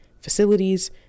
facilities